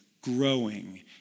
growing